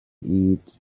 eat